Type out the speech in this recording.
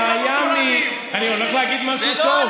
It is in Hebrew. שהיה, אני הולך להגיד משהו טוב.